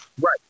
right